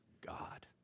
God